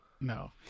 No